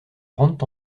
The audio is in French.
rendent